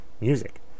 Music